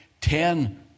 ten